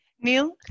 Neil